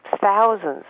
thousands